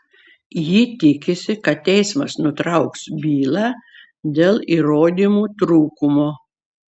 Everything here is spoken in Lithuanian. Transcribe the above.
ji tikisi kad teismas nutrauks bylą dėl įrodymų trūkumo